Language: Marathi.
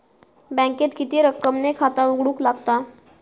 बँकेत किती रक्कम ने खाता उघडूक लागता?